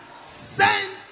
send